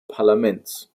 parlaments